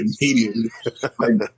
immediately